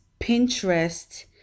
Pinterest